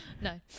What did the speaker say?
No